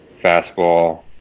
Fastball